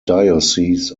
diocese